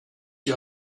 you